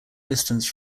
distance